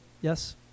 yes